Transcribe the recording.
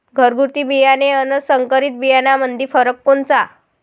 घरगुती बियाणे अन संकरीत बियाणामंदी फरक कोनचा?